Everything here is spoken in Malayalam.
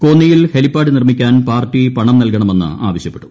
കോന്നിയിൽ ഹെലിപ്പാഡ് നിർമ്മിക്കാൻ പാർട്ടി പണം നൽകണമെന്ന് ആവശ്യപ്പെട്ടു